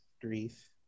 grief